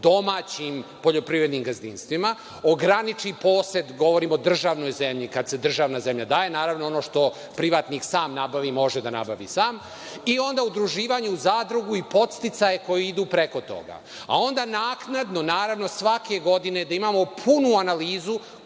domaćim poljoprivrednim gazdinstvima, ograniči posed, govorim o državnoj zemlji kada se državna zemlja daje. Naravno, ono što privatnik sam nabavi, može da nabavi sam i onda udruživanje u zadrugu i podsticaj koji idu preko toga. A onda naknadno, naravno svake godine da imamo punu analizu